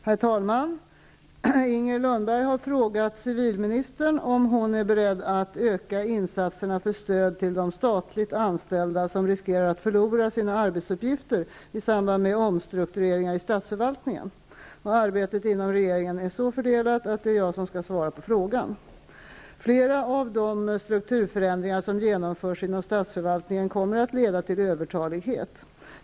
Herr talman! Inger Lundberg har frågat civilministern om hon är beredd att öka insatserna för stöd till de statligt anställda, som riskerar att förlora sina arbetsuppgifter i samband med omstruktureringar i statsförvaltningen. Ar betet inom regeringen är så fördelat att det är jag som skall svara på frågan. Flera av de strukturförändringar som genomförs inom statsförvaltningen kommer att leda till övertalighet.